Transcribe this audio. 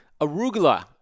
Arugula